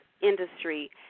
industry